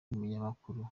munyamakuru